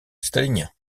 stalinien